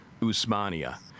Usmania